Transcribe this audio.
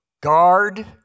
guard